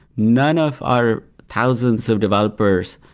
none of our thousands of developers,